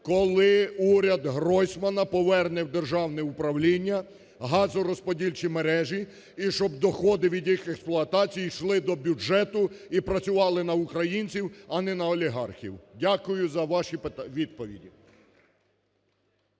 Коли уряд Гройсмана поверне в державне управління газорозподільчі мережі і щоб доходи від їх експлуатації йшли до бюджету і працювали на українців, а не на олігархів? Дякую за ваші відповіді.